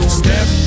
step